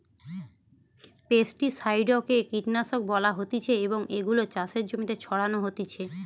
pesticide কে কীটনাশক বলা হতিছে এবং এগুলো চাষের জমিতে ছড়ানো হতিছে